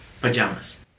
pajamas